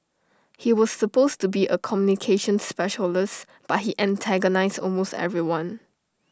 he was supposed to be A communications specialist but he antagonised almost everyone